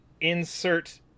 insert